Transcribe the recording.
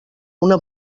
una